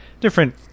different